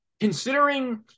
considering